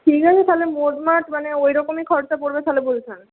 ঠিক আছে তাহলে মোটামুটি মানে ওই রকমই খরচা পড়বে তাহলে বলছেন